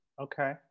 Okay